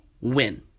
win